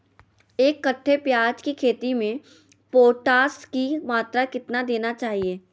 एक कट्टे प्याज की खेती में पोटास की मात्रा कितना देना चाहिए?